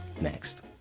next